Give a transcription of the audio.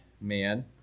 man